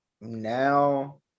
now